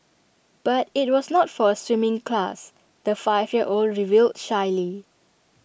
but IT was not for A swimming class the five year old revealed shyly